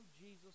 Jesus